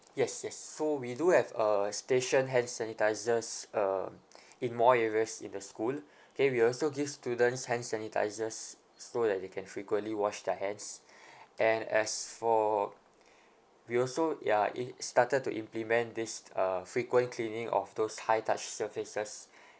yes yes so we do have uh stationed hand sanitiser uh in more areas in the school okay we also give students hand sanitisers so that they can frequently wash their hands and as for we also ya im~ started to implement this uh frequent cleaning of those high touch surfaces